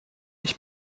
ich